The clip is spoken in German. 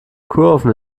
kurven